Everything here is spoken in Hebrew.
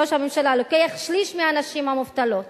לוקח שליש מהנשים המובטלות